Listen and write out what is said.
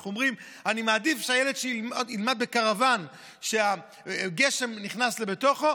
אנחנו אומרים: אני מעדיף שהילד שלי ילמד בקרוון שהגשם נכנס לתוכו,